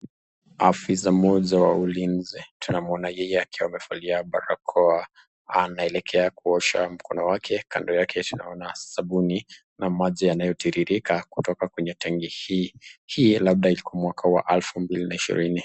Afisa mmoja wa ulinzi tunamwona yeye akiwa amevalia barakoa, anaelekea kuosha mkono wake kando yake tunaona sabuni na maji yanayotiririka kutoka kwenye tangi hii, hii labda ilikua mwaka wa elafu mbili na ishirini.